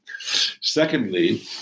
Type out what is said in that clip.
Secondly